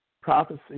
prophecy